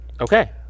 Okay